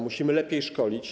Musimy lepiej szkolić.